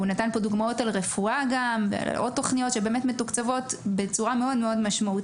הוא נתן פה דוגמאות על רפואה ועוד תוכניות שמתוקצבות בצורה משמעותית.